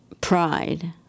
pride